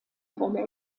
rolle